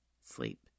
sleep